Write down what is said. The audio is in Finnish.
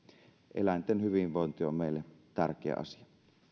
eläinten hyvinvointi on meille tärkeä asia